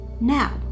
now